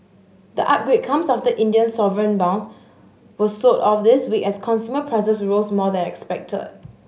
the upgrade comes after Indian sovereign bonds were sold off this week as consumer prices rose more than expected